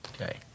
Okay